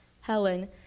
Helen